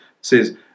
says